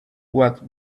what